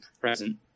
present